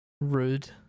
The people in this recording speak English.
Rude